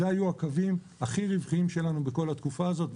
אלה היו הקווים הכי רווחיים שלנו בכל התקופה הזאת.